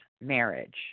marriage